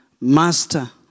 Master